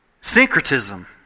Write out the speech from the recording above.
Syncretism